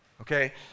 Okay